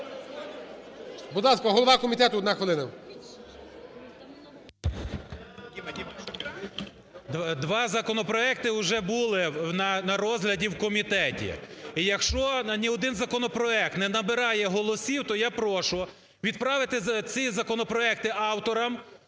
Два законопроекти уже були на розгляді в комітеті. І якщо ні один законопроект не набирає голосів, то я прошу відправити ці законопроекти авторам